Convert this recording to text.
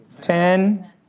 Ten